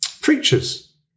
preachers